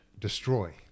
destroy